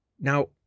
Now